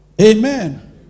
Amen